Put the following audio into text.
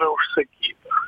yra užsakyta